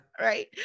Right